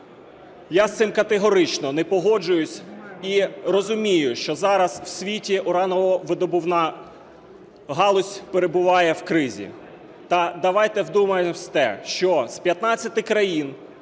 Я з цим категорично не погоджуюся. І розумію, що зараз в світі урановидобувна галузь перебуває в кризі. Та давайте вдумаємося в те, що з 15 країн